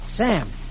Sam